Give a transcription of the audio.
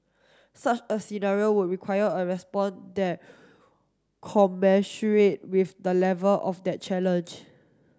such a scenario would require a response that commensurate with the level of that challenge